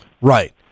Right